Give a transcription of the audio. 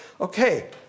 Okay